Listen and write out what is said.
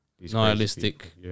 nihilistic